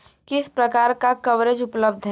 किस प्रकार का कवरेज उपलब्ध है?